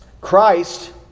Christ